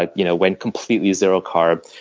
ah you know went completely zero carb.